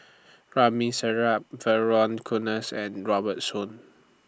Ramli Sarip Vernon Cornelius and Robert Soon